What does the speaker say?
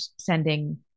sending